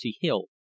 hill